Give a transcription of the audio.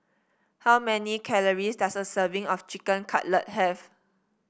how many calories does a serving of Chicken Cutlet have